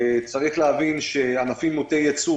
צריך להבין שבענפים מוטי ייצוא,